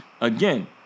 again